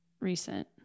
recent